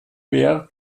ware